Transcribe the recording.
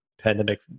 pandemic